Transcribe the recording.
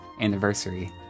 anniversary